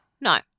No